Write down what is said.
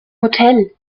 hotel